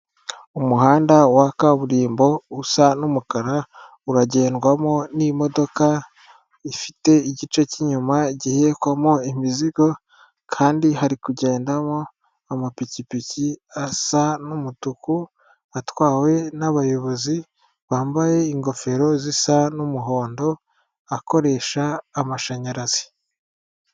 Umuhanda wa kaburimbo usa n'umukara uragendwamo n'imodoka ifite igice cy'inyuma gihekwamo imizigo kandi hari kugendamo amapikipiki asa n'umutuku atwawe n' nabayobozi bambaye ingofero zisa n'umuhondo akoresha amashanyarazi.